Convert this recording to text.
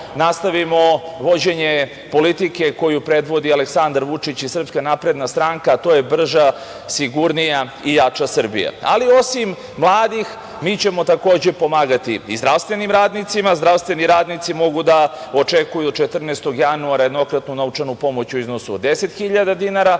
nastavimo vođenje politike koju predvodi Aleksandar Vučić i Srpska napredna stranka, a to je brža, sigurnija i jača Srbija. Osim mladih, mi ćemo takođe pomagati zdravstvenim radnicima. Zdravstveni radnici mogu da očekuju 14. januara jednokratnu novčanu pomoć u iznosu od 10.000 dinara